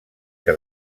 que